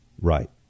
Right